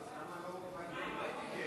אדוני היושב-ראש,